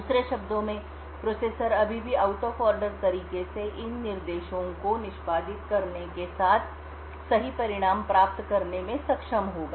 दूसरे शब्दों में प्रोसेसर अभी भी आउट ऑफ ऑर्डर तरीके से इन निर्देशों को निष्पादित करने के साथ सही परिणाम प्राप्त करने में सक्षम होगा